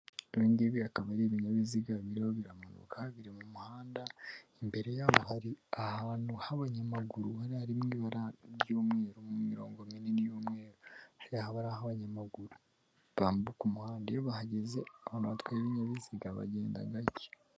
Ibingibi akaba ari ibinyabiziga biriho biramanuka biri mu muhanda imbere yabo hari ahantu h'abanyamaguru bari rimwe ibyumweru mu mirongo minini y'umweru harihaba aho abanyamaguru bambuka umuhanda iyo bahageze abantu batwaye ibinyabiziga bagenda gake.